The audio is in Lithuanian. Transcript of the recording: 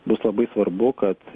bus labai svarbu kad